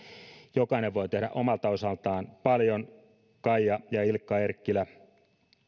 jokainen voi tehdä omalta osaltaan paljon kaija ja ilkka erkkilä